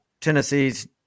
Tennessee's